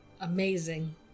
Amazing